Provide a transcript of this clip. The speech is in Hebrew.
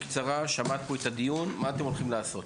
בקצרה, שמעת פה את הדיון מה אתם הולכים לעשות?